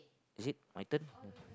is it my turn